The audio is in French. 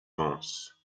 vence